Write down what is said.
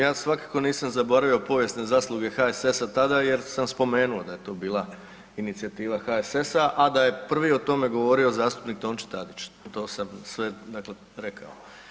Ja svakako nisam zaboravio povijesne zasluge HSS-a tada jer sam spomenuo da je to bila inicijativa HSS-a, a da je prvi o tome govorio Tonči Tadić, to sam sve rekao.